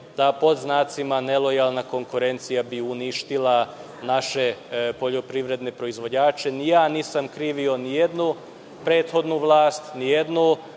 da pod znacima nelojalna konkurencija bi uništila naše poljoprivredne proizvođače. Ni ja nisam krivio ni jednu prethodnu vlast, ni jednu